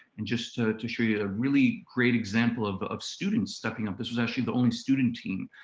and just ah to show you a really great example of of students stepping up this was actually the only student team.